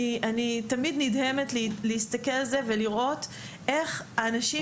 אני תמיד נדהמת להסתכל על זה ולראות איך האנשים